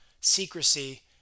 Secrecy